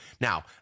Now